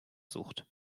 sucht